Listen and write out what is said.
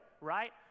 right